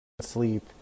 sleep